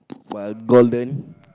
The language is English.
but golden